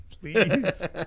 please